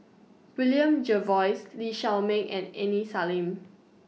William Jervois Lee Shao Meng and Aini Salim